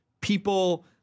people